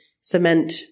cement